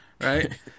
right